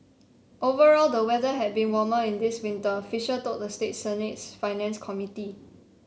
overall the weather has been warmer in this winter fisher told the state Senate's Finance Committee